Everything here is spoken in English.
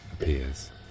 appears